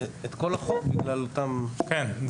אבל את דוחה את כל החוק בשלושה חודשים בגלל אותם --- כן,